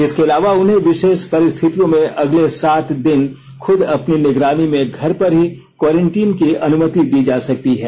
इसके अलावा उन्हें विशेष परिस्थितियों में अगले सात दिन खुद अपनी निगरानी में घर पर ही क्वारंटीन की अनुमति दी जा सकती है